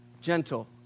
gentle